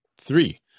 three